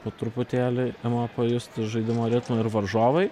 po truputėlį ima pajusti žaidimo ritmą ir varžovai